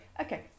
okay